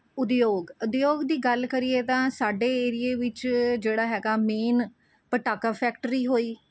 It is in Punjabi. ਉਦਯੋਗ ਉਦਯੋਗ ਦੀ ਗੱਲ ਕਰੀਏ ਤਾਂ ਸਾਡੇ ਏਰੀਏ ਵਿੱਚ ਜਿਹੜਾ ਹੈਗਾ ਮੇਨ ਪਟਾਕਾ ਫੈਕਟਰੀ ਹੋਈ